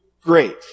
great